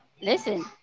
Listen